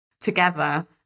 together